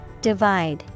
Divide